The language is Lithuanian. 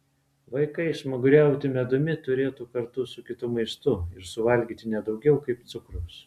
vaikai smaguriauti medumi turėtų kartu su kitu maistu ir suvalgyti ne daugiau kaip cukraus